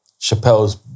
Chappelle's